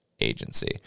agency